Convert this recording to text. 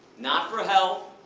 not for health,